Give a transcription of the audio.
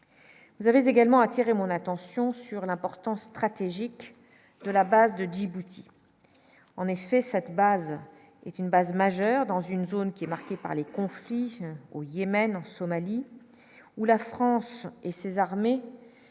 Vous avez également attiré mon attention sur l'importance stratégique de la base de Djibouti en effet cette base est une base majeure dans une zone qui est marquée par le conflit au Yémen en Somalie où la France et ses armes